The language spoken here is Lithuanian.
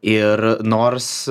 ir nors